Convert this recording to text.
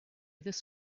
this